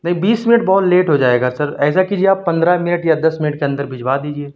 نہیں بیس منٹ بہت لیٹ ہو جائے گا سر ایسا کیجیے آپ پندرہ منٹ یا دس منٹ کے اندر بھجوا دیجیے